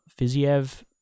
Fiziev